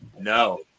No